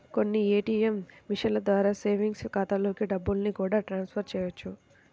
కొన్ని ఏ.టీ.యం మిషన్ల ద్వారా సేవింగ్స్ ఖాతాలలోకి డబ్బుల్ని కూడా ట్రాన్స్ ఫర్ చేయవచ్చు